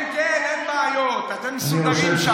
כן, כן, אין בעיות, אתם מסודרים שם.